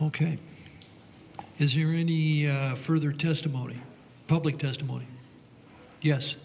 ok here's your any further testimony public testimony yes